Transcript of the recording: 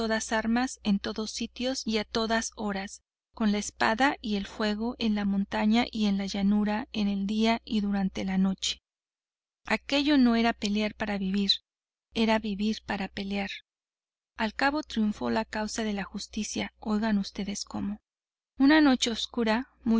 todas armas en todos sitios y a todas horas con la espada y el fuego en la montaña y en la llanura en el día y durante la noche aquello no era pelear para vivir era vivir para pelear al caso triunfó la causa de la justicia oigan ustedes cómo una noche oscura